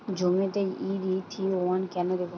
জমিতে ইরথিয়ন কেন দেবো?